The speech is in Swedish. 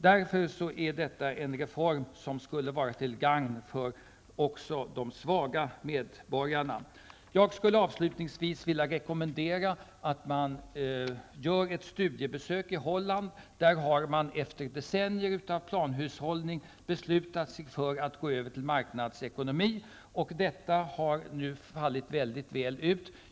Därför är detta en reform som skulle vara till gagn för också de svaga medborgarna. Jag skulle avslutningsvis vilja rekommendera ett studiebesök i Holland. Där har man efter decennier av planhushållning bestämt sig för att gå över till marknadsekonomi. Det har fallit väl ut.